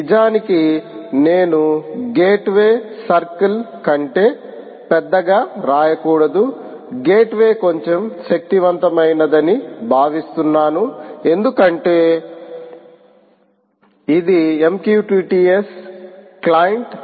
నిజానికి నేను gateway circle కంటే పెద్దగా రాయకూడదు గేట్వే కొంచెం శక్తివంతమైనదని భావిస్తున్నాను ఎందుకంటే ఇది MQTT S క్లయింట్